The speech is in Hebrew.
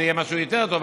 זה יהיה משהו יותר טוב,